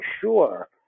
sure